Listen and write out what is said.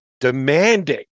demanding